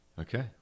Okay